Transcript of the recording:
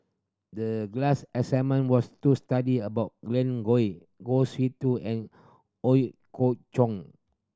the class assignment was to study about Glen Goei Kwa Siew Too and Ooi Kok Chuen